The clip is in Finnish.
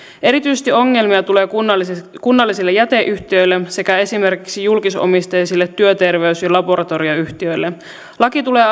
erityisesti ongelmia tulee kunnallisille kunnallisille jäteyhtiöille sekä esimerkiksi julkisomisteisille työterveys ja laboratorioyhtiöille laki tulee